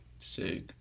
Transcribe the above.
sick